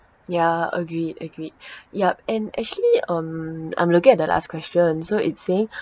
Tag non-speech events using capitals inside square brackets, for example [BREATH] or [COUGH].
ya agreed agreed [BREATH] yup and actually um I'm looking at the last question so it's saying [BREATH]